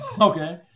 Okay